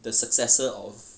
the successor of